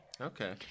Okay